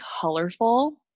colorful